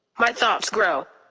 my thoughts grow.